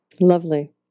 Lovely